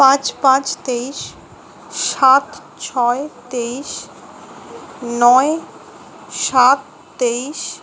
পাঁচ পাঁচ তেইশ সাত ছয় তেইশ নয় সাত তেইশ